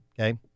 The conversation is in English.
Okay